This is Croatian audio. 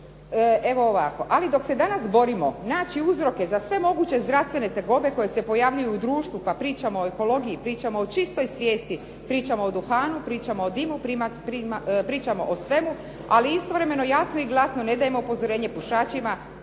Evo ovako, ali dok se danas borimo naći uzroke za sve moguće zdravstvene tegobe koje se pojavljuju u društvu pa pričamo o ekologiji, pričamo o čistoj svijesti, pričamo o duhanu, pričamo o dimu, pričamo o svemu, ali istovremeno jasno i glasno ne dajemo upozorenje pušačima